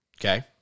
okay